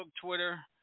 Twitter